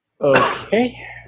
Okay